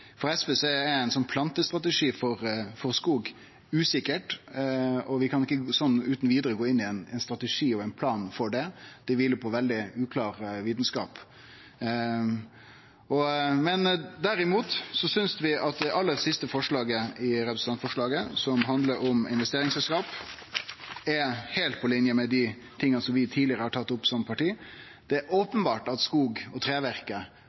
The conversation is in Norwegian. for SV er ein sånn plantestrategi for skog usikker, og vi kan ikkje utan vidare gå inn i ein strategi og ein plan for det. Det kviler på veldig uklar vitskap. Vi synest derimot at det aller siste forslaget i representantforslaget, som handlar om investeringsselskap, er heilt på linje med det som vi tidlegare har tatt opp som parti. Det er openbert at skog og